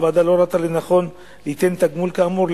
הוועדה לא ראתה לנכון ליתן תגמול כאמור,